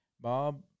Bob